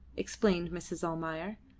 explained mrs. almayer,